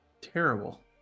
terrible